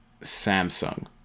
Samsung